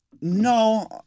No